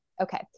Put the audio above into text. Okay